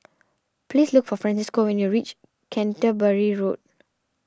please look for Francisco when you reach Canterbury Road